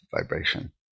vibration